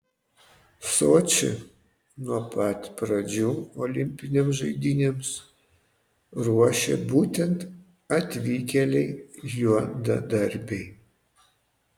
sočį nuo pat pradžių olimpinėms žaidynėms ruošė būtent atvykėliai juodadarbiai